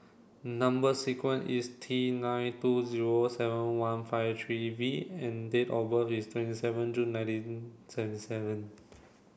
number sequence is T nine two zero seven one five three V and date of birth is twenty seven June nineteen seventy seven